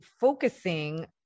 focusing